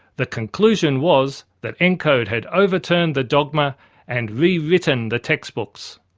the conclusion was that encode had overturned the dogma and rewritten the textbooks.